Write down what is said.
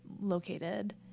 located